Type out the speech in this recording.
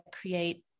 create